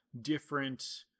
different